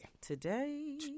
Today